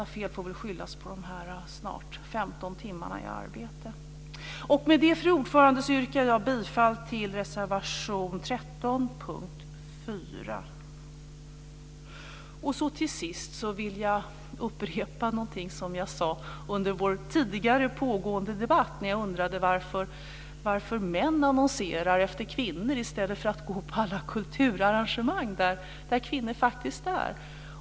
Med det, fru talman, yrkar jag bifall till reservation 13 under punkt 4. Till sist vill jag upprepa någonting jag sade under vår tidigare pågående debatt. Jag undrade då varför män annonserar efter kvinnor i stället för att gå på alla kulturarrangemang, där kvinnorna faktiskt är.